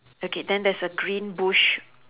okay then there's a green bush